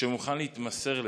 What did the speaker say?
שמוכן להתמסר לזה,